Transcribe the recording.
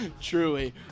Truly